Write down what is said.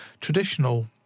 traditional